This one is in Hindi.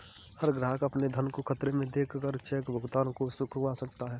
हर ग्राहक अपने धन को खतरे में देख कर चेक भुगतान को रुकवा सकता है